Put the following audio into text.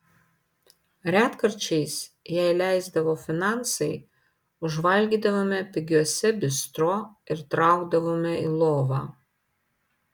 retkarčiais jei leisdavo finansai užvalgydavome pigiuose bistro ir traukdavome į lovą